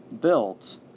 built